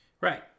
Right